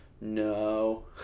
No